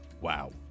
Wow